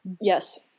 Yes